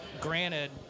granted